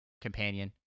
companion